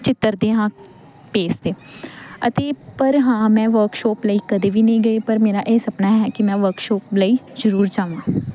ਚਿੱਤਰਦੇ ਹਾਂ ਪੇਜ਼ 'ਤੇ ਅਤੇ ਪਰ ਹਾਂ ਮੈਂ ਵਰਕਸ਼ੋਪ ਲਈ ਕਦੇ ਵੀ ਨਹੀਂ ਗਈ ਪਰ ਮੇਰਾ ਇਹ ਸੁਪਨਾ ਹੈ ਕਿ ਮੈਂ ਵਰਕਸ਼ੋਪ ਲਈ ਜ਼ਰੂਰ ਜਾਵਾਂ